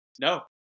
No